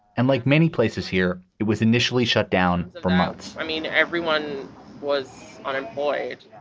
and like many places here, it was initially shut down for months i mean, everyone was unemployed,